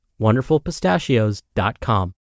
WonderfulPistachios.com